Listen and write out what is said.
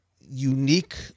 unique